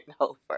over